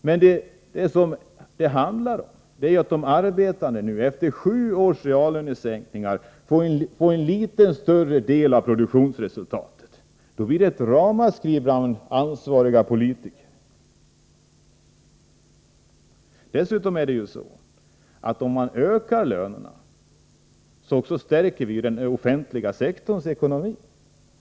Men vad det handlar om är att de arbetande nu efter sju års reallönesänkningar får en litet större del av produktionsresultaten. Då blir det ett ramaskri bland ansvariga politiker. Men ökar man lönerna, stärker man den offentliga sektorns ekonomi.